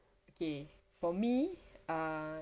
okay for me err